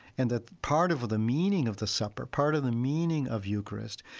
and that part of of the meaning of the supper, part of the meaning of eucharist,